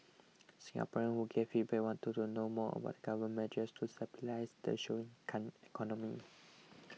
Singaporeans who gave feedback wanted to know more about Government measures to stabilise the showing come economy